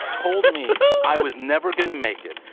told me i was never going to make it.